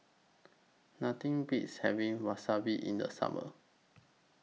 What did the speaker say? Nothing Beats having Wasabi in The Summer